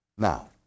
Now